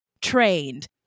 trained